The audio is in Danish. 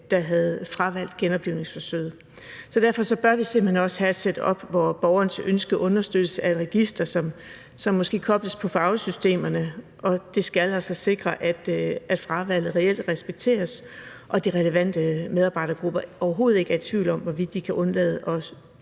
der havde fravalgt genoplivningsforsøget. Så derfor bør vi simpelt hen også have et setup, hvor borgerens ønske understøttes af et register, som måske kobles til fagsystemerne. Og det skal altså sikre, at fravalget reelt respekteres og de relevante medarbejdergrupper overhovedet ikke er i tvivl om, hvorvidt de kan undlade